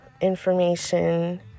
information